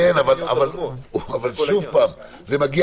זה מגיע